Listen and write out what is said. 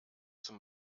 zum